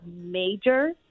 major